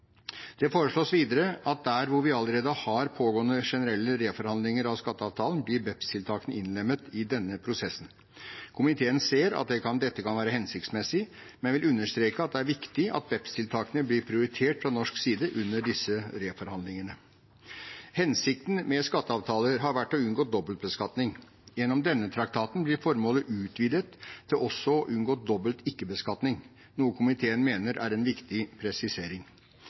Det foreslås videre at der hvor vi allerede har pågående generelle reforhandlinger av skatteavtalen, skal BEPS-tiltakene bli innlemmet i denne prosessen. Komiteen ser at dette kan være hensiktsmessig, men vil understreke at det er viktig at BEPS-tiltakene blir prioritert fra norsk side under disse reforhandlingene. Hensikten med skatteavtaler har vært å unngå dobbeltbeskatning. Gjennom denne traktaten blir formålet utvidet til også å unngå dobbelt ikke-beskatning, noe komiteen mener er en viktig presisering.